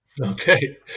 Okay